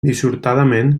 dissortadament